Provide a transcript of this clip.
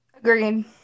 Agreed